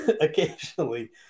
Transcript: occasionally